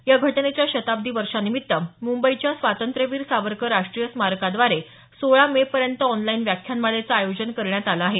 या घटनेच्या शताब्दी वर्षानिमित्त मुंबईच्या स्वातंत्र्यवीर सावरकर राष्ट्रीय स्मारकाद्वारे सोळा मे पर्यंत ऑनलाइन व्याख्यानमालेचं आयोजन करण्यात आलं आहे